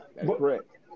correct